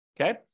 Okay